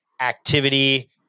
activity